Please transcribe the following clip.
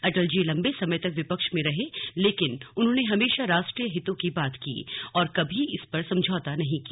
अटल जी लंबे समय तक विपक्ष में रहे लेकिन उन्होंने हमेशा राष्ट्रीय हितों की बात की और कभी इस पर समझौता नहीं किया